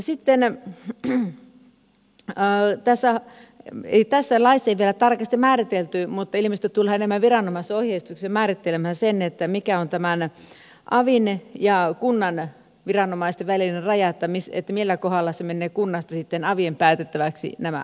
sitten tässä laissa ei vielä tarkasti määritelty mutta ilmeisesti tulevat nämä viranomaisohjeistukset määrittelemään sen mikä on avin ja kunnan viranomaisten välinen raja millä kohdalla menevät kunnasta avien päätettäväksi nämä asiat